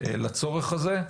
לצורך הזה.